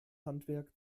handwerk